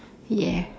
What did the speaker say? yeah